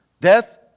Death